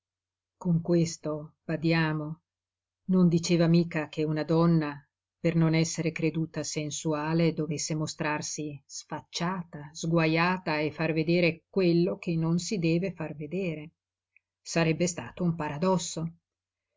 con questo badiamo non diceva mica che una donna per non essere creduta sensuale dovesse mostrarsi sfacciata sguajata e far vedere quello che non si deve far vedere sarebbe stato un paradosso